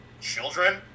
children